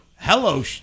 Hello